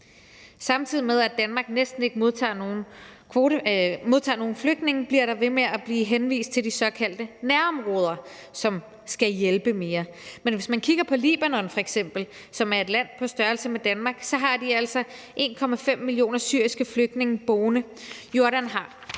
Samtidig med at Danmark næsten ikke modtager nogen flygtninge, bliver der ved med at blive henvist til de såkaldte nærområder, som skal hjælpe mere, men hvis man f.eks. kigger på Libanon, som er et land på størrelse med Danmark, har de altså 1,5 millioner syriske flygtninge boende. Jordan har